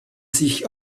sich